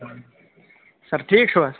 سَر ٹھیٖک چھُوا